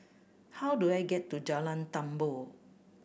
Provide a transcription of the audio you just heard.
how do I get to Jalan Tambur